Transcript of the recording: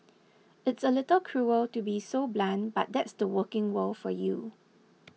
it's a little cruel to be so blunt but that's the working world for you